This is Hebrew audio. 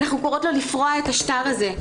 אנחנו קוראות לו לפרוע את השטר הזה,